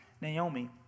Naomi